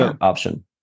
option